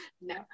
No